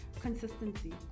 Consistency